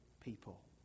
people